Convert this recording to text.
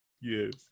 yes